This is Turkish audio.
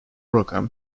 rakam